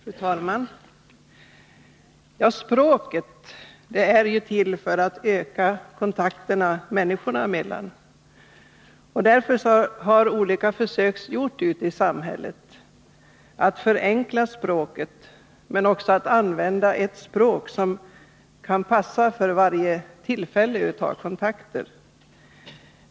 Fru talman! Språket är ju till för att öka kontakterna människor emellan. Därför har olika försök gjorts ute i samhället att förenkla språket och också att använda ett språk som kan passa för varje tillfälle när vi tar kontakter.